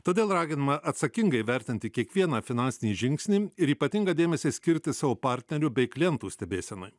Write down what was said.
todėl raginama atsakingai vertinti kiekvieną finansinį žingsnį ir ypatingą dėmesį skirti savo partnerių bei klientų stebėsenai